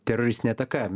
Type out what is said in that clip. teroristinė ataka